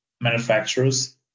manufacturers